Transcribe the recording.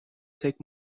take